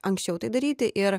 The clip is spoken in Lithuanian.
anksčiau tai daryti ir